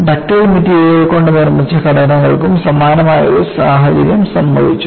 ductile മെറ്റീരിയലുകൾ കൊണ്ട് നിർമ്മിച്ച ഘടനകൾക്കും സമാനമായ ഒരു സാഹചര്യം സംഭവിച്ചു